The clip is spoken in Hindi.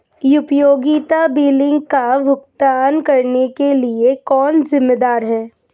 उपयोगिता बिलों का भुगतान करने के लिए कौन जिम्मेदार है?